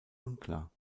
unklar